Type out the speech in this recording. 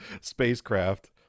spacecraft